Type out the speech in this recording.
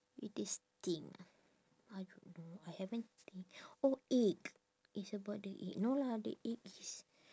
weirdest thing ah I don't know I haven't thi~ oh egg it's about the egg no lah the egg is